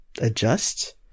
adjust